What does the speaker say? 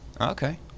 Okay